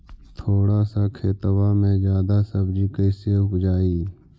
थोड़ा सा खेतबा में जादा सब्ज़ी कैसे उपजाई?